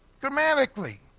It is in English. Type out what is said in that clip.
grammatically